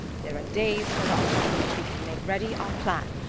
there are days for us, in which we can make ready our plan.